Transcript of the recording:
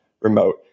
remote